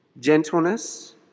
gentleness